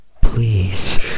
Please